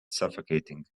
suffocating